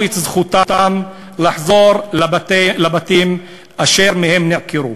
את זכותם לחזור לבתים אשר מהם נעקרו.